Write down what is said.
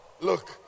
Look